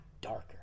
darker